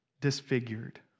disfigured